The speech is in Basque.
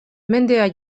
mendea